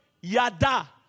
yada